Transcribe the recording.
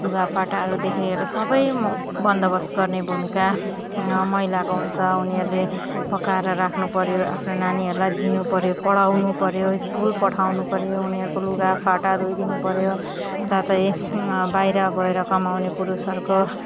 लुगा फाटाहरूदेखि लिएर सबै म बन्दोबस्त गर्ने भूमिका महिलाको हुन्छ उनीहरूले पकाएर राख्नु पऱ्यो आफ्ना नानीहरूलाई दिनु पऱ्यो पढाउनु पऱ्यो स्कुल पठाउनु पऱ्यो उनीहहरूको लुगाफाटा धोइदिनु पऱ्यो साथै बाहिर गोएर कमाउने पुरुषहरूको